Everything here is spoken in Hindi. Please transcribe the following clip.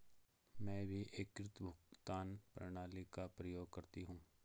मैं भी एकीकृत भुगतान प्रणाली का प्रयोग करती हूं